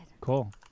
Cool